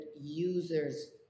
users